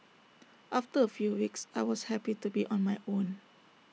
after A few weeks I was happy to be on my own